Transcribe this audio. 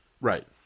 Right